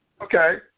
Okay